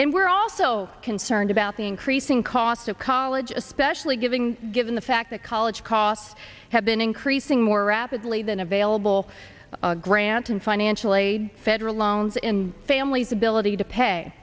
and we're also concerned about the increasing cost of college especially giving given the fact that college costs have been increasing more rapidly than available grant and financial aid federal loans in families ability to pay